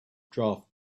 draft